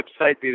website